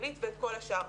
אנגלית וכל השאר.